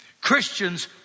Christians